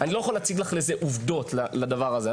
אני לא יכול להציג לך עובדות לדבר הזה,